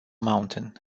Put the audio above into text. mountain